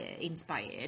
inspired